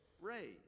Ray